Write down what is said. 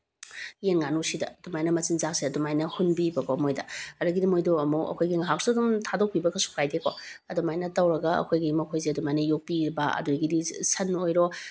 ꯌꯦꯟ ꯉꯥꯅꯨꯁꯤꯗ ꯑꯗꯨꯃꯥꯏꯅ ꯃꯆꯤꯟꯖꯥꯛꯁꯦ ꯑꯗꯨꯃꯥꯏꯅ ꯍꯨꯟꯕꯤꯕꯀꯣ ꯃꯣꯏꯗ ꯑꯗꯒꯤꯗꯤ ꯃꯣꯏꯗꯣ ꯑꯃꯨꯛ ꯑꯩꯈꯣꯏꯒꯤ ꯉꯥꯏꯍꯥꯛꯁꯨ ꯑꯗꯨꯝ ꯊꯥꯗꯣꯛꯄꯤꯕ ꯀꯩꯁꯨ ꯀꯥꯏꯗꯦꯀꯣ ꯑꯗꯨꯃꯥꯏꯅ ꯇꯧꯔꯒ ꯑꯩꯈꯣꯏꯒꯤ ꯃꯈꯣꯏꯁꯦ ꯑꯗꯨꯃꯥꯏꯅ ꯌꯣꯛꯄꯤꯌꯦꯕ ꯑꯗꯒꯤꯗꯤ ꯁꯟ ꯑꯣꯏꯔꯣ